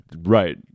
Right